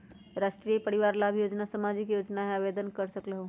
राष्ट्रीय परिवार लाभ योजना सामाजिक योजना है आवेदन कर सकलहु?